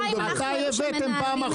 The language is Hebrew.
רבותיי,